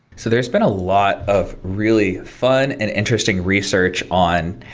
so there's been a lot of really fun and interesting research on,